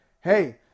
Hey